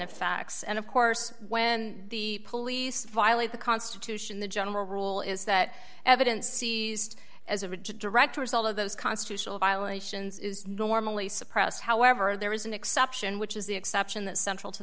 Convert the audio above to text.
facts and of course when the police violate the constitution the general rule is that evidence seized as a direct result of those constitutional violations is normally suppressed however there is an exception which is the exception that central to